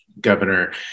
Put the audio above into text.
governor